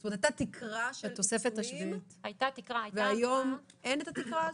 זאת אומרת הייתה תקרה והיום אין התקרה הזאת?